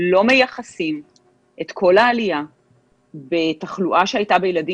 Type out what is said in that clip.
לא מייחסים את כל העלייה בתחלואה שהייתה בילדים